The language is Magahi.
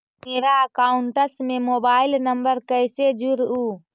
मेरा अकाउंटस में मोबाईल नम्बर कैसे जुड़उ?